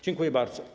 Dziękuję bardzo.